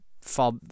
fall